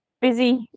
busy